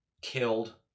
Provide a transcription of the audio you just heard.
killed